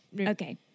Okay